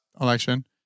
election